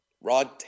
Rod